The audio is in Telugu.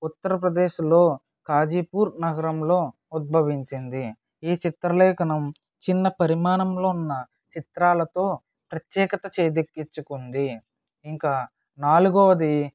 ఉత్తరప్రదేశ్లో కాజీపూర్ నగరంలో ఉద్భవించింది ఈ చిత్రలేఖనం చిన్న పరిమాణంలో ఉన్న చిత్రాలతో ప్రత్యేకత చేజిక్కించుకుంది ఇంకా నాలుగవది